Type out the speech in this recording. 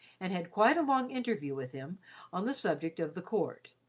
and had quite a long interview with him on the subject of the court,